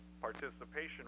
participation